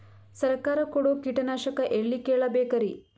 ಸರಕಾರ ಕೊಡೋ ಕೀಟನಾಶಕ ಎಳ್ಳಿ ಕೇಳ ಬೇಕರಿ?